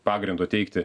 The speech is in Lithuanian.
pagrindo teigti